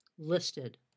Listed